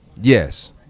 Yes